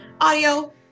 audio